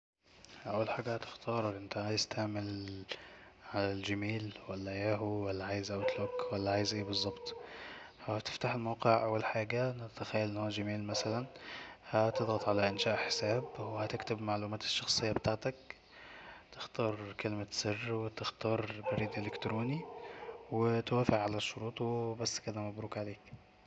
اول حاجه هتختار انت عايز تعمل علي الجيميل ولا ياهو ولا عايز اوت لوك ولا عايز أي بالظبط وهتفتح الموقع اول حاجه, هنتخيل ان هو جيميل مثلا هتضغط علي انشاء حساب وهتكتب المعلومات الشخصيه بتاعتك هتختار كلمة سر وتختار بريد الكتروني وتوافق علي شروطه وبس كدا مبروك عليك